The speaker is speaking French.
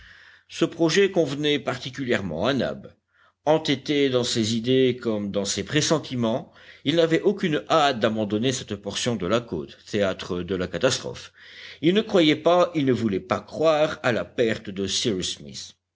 ce projet convenait particulièrement à nab entêté dans ses idées comme dans ses pressentiments il n'avait aucune hâte d'abandonner cette portion de la côte théâtre de la catastrophe il ne croyait pas il ne voulait pas croire à la perte de